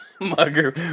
Mugger